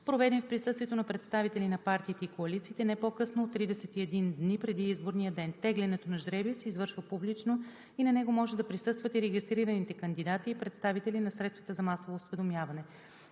проведен в присъствието на представители на партиите и коалициите не по-късно от 31 дни преди изборния ден. Тегленето на жребия се извършва публично и на него може да присъстват и регистрираните кандидати и представители на средствата за масово осведомяване.